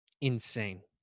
Insane